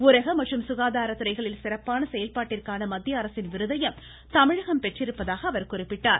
ஊரக மற்றும் சுகாதாரத்துறைகளில் சிறப்பான செயல்பாட்டிற்கான மத்திய அரசின் விருதையும் தமிழகம் பெற்றதாக அவர் குறிப்பிட்டார்